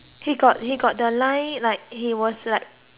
the line like he was like like those baby like